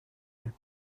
you